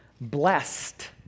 blessed